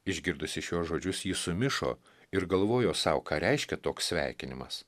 išgirdusi šiuos žodžius ji sumišo ir galvojo sau ką reiškia toks sveikinimas